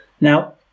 Now